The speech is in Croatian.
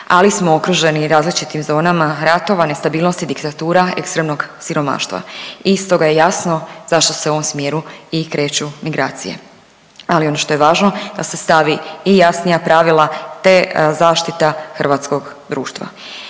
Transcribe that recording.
ali smo okruženi i različitim zonama ratova, nestabilnosti, diktatura, ekstremnog siromaštava. I stoga je jasno zašto se u ovom i kreću migracije. Ali ono što je važno da se stavi i jasnija pravila te zaštita hrvatskog društva.